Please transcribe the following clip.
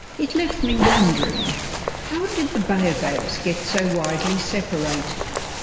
it left me wondering how did the baobabs get so widely separated?